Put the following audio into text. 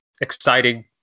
exciting